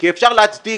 כי אפשר להצדיק